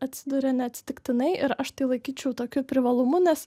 atsiduria neatsitiktinai ir aš tai laikyčiau tokiu privalumu nes